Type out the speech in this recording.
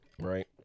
right